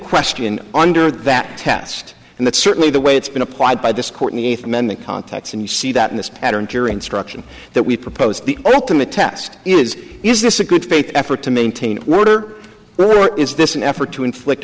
question under that test and that's certainly the way it's been applied by this court anything then the contact and you see that in this pattern jury instruction that we propose the ultimate test is is this a good faith effort to maintain order when we're is this an effort to inflict